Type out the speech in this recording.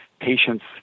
patients